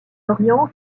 orient